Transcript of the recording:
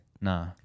Nah